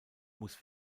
muss